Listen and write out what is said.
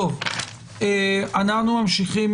אנחנו ממשיכים